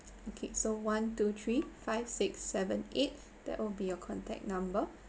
okay so one two three five six seven eight that will be your contact number